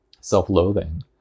self-loathing